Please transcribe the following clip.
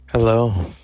Hello